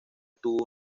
tuvo